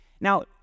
Now